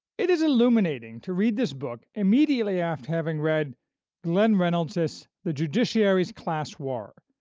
it is illuminating to read this book immediately after having read glenn reynolds's the judiciary's class war,